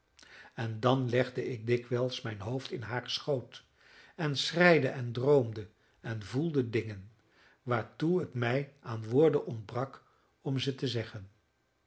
en dan legde ik dikwijls mijn hoofd in haren schoot en schreide en droomde en voelde dingen waartoe het mij aan woorden ontbrak om ze te zeggen